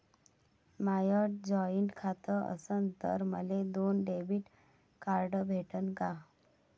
माय joint खातं असन तर मले दोन डेबिट कार्ड भेटन का?